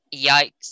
Yikes